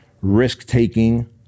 risk-taking